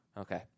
Okay